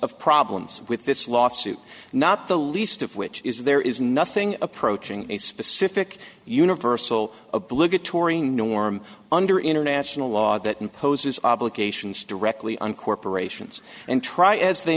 of problems with this lawsuit not the least of which is there is nothing approaching a specific universal obligatory norm under international law that imposes obligations directly on corporations and try as they